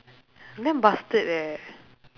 damn bastard eh